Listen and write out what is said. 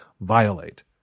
violate